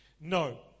No